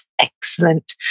Excellent